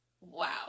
wow